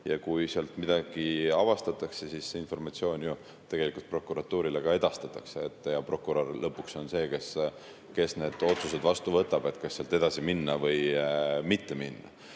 Ja kui midagi avastatakse, siis see informatsioon tegelikult prokuratuurile edastatakse ja prokurör lõpuks on see, kes võtab vastu otsuse, kas sealt edasi minna või mitte minna.